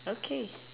okay